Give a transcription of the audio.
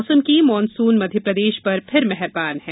monsoon monsoon Madhya Pradesh पर फिर मेहरबान है